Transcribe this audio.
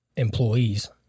employees